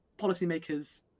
policymakers